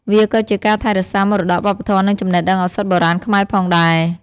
វាក៏ជាការថែរក្សាមរតកវប្បធម៌ និងចំណេះដឹងឱសថបុរាណខ្មែរផងដែរ។